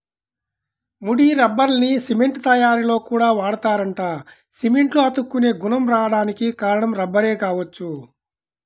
ముడి రబ్బర్ని సిమెంట్ తయ్యారీలో కూడా వాడతారంట, సిమెంట్లో అతుక్కునే గుణం రాడానికి కారణం రబ్బరే గావచ్చు